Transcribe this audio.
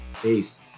Peace